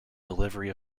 delivery